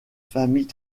famille